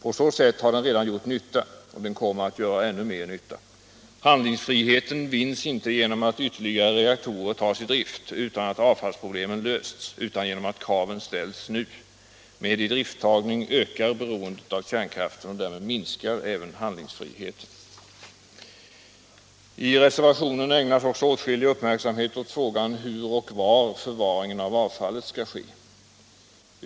På så sätt har den redan gjort nytta, och den kommer att göra ännu mer nytta. Handlingsfriheten vinns inte genom att ytterligare reaktorer tas i drift utan att avfallsproblemen lösts utan genom att kraven ställs nu. Med idrifttagning ökar beroendet av kärnkraften och därmed minskar även handlingsfriheten. I reservationen ägnas åtskillig uppmärksamhet åt frågan hur och var förvaringen av avfallet skall ske.